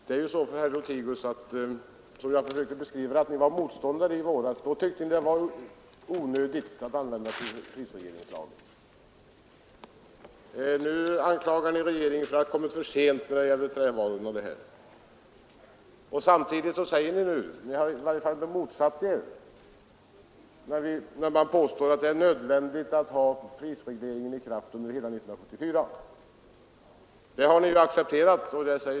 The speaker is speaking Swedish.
Fru talman! Jag försöker ju beskriva situationen, herr Lothigius. När ni var motståndare i våras tyckte ni att det var onödigt att använda prisregleringslagen. Nu anklagar ni regeringen för att handla för sent när det gäller trävarorna. Samtidigt har ni i moderata samlingspartiet accepterat vårt resonemang när vi säger att det är nödvändigt att ha prisregleringen i kraft under hela 1974.